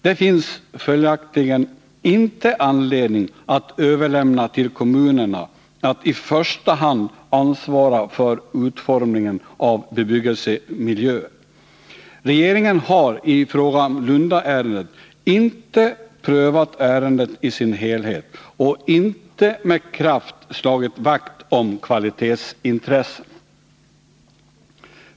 Det finns följaktligen inte anledning att Nr 145 överlämna till kommunerna att i första hand ansvara för utformningen av Onsdagen den bebyggelsemiljöer. Regeringen har inte prövat Lundaärendet i dess helhet 20 maj 1981 och har inte med kraft slagit vakt om kvalitetsintressena.